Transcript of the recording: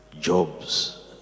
jobs